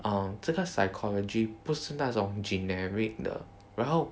uh 这个 psychology 不是那种 generic 的然后